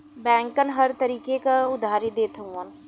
बैंकन हर तरीके क उधारी देत हउए